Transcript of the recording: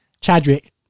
Chadwick